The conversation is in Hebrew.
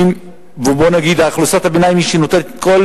בוא נגיד שאוכלוסיית הביניים היא שנושאת בכל